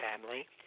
family